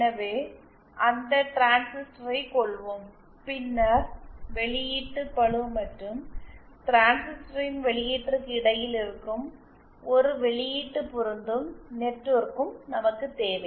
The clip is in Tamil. எனவே அந்த டிரான்சிஸ்டரை கொள்வோம் பின்னர் வெளியீட்டு பளு மற்றும் டிரான்சிஸ்டரின் வெளியீட்டிற்கு இடையில் இருக்கும் ஒரு வெளியீட்டு பொருந்தும் நெட்வொர்க்மும் நமக்குத் தேவை